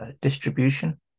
distribution